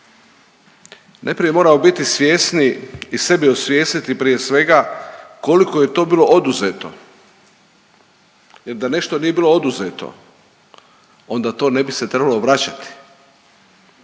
Najprije moramo biti svjesni i sebi osvijestiti prije svega koliko je to bilo oduzeto. Jer da nešto nije bilo oduzeto, onda to ne bi se trebalo vraćati.